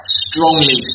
strongly